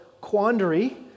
quandary